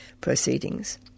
proceedings